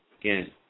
again